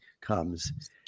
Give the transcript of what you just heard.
comes